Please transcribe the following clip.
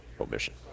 omission